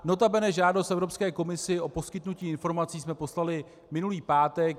Notabene žádost Evropské komisi o poskytnutí informací jsme poslali minulý pátek.